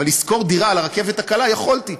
אבל לשכור דירה על-יד הרכבת הקלה יכולתי.